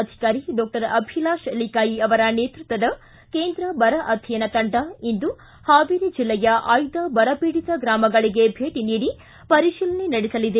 ಅಧಿಕಾರಿ ಡಾಕ್ಟರ್ ಅಭಿಲಾಷ ಲಿಕಾಯಿ ಅವರ ನೇತೃತ್ವದ ಕೇಂದ್ರ ಬರ ಅಧ್ಯಯನ ತಂಡ ಇಂದು ಹಾವೇರಿ ಜಿಲ್ಲೆಯ ಆಯ್ದ ಬರಪೀಡಿತ ಗ್ರಾಮಗಳಿಗೆ ಭೇಟಿ ನೀಡಿ ಪರಿಶೀಲನೆ ನಡೆಸಲಿದೆ